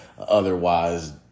Otherwise